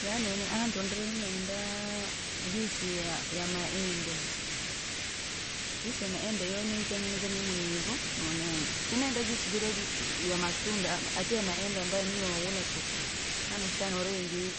Yaani nini aha- hantu ndiri nenda! Juisi ya yamaembe. Juisi ya maembe iyo nitengeneze ni mwenyvyo monenda, sinenda juisi jira ya matunda ati ya maembe ambayo ni yowala tuku. Maana shana uri wingi!